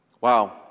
Wow